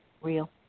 real